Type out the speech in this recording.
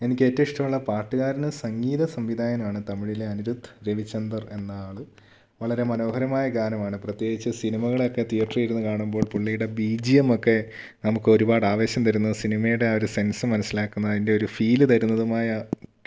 എനിക്ക് ഏറ്റവും ഇഷ്ടമുള്ള പാട്ടുകാരനും സംഗീത സംവിധായകനുമാണ് തമിഴിലെ അനിരുദ്ധ് രവിചന്ദർ എന്ന ആൾ വളരെ മനോഹരമായ ഗാനമാണ് പ്രത്യേകിച്ച് സിനിമകളൊക്കെ തിയേറ്ററിൽ ഇരുന്ന് കാണുമ്പോൾ പുള്ളിയുടെ ബി ജി എം ഒക്കെ നമുക്ക് ഒരുപാട് ആവേശം തരുന്നു സിനിമയുടെ ആ ഒരു സെൻസ് മനസ്സിലാക്കുന്ന അതിൻ്റെ ഒരു ഫീൽ തരുന്നതുമായൊക്കെ